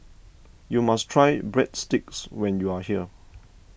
you must try Breadsticks when you are here